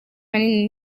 manini